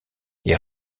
les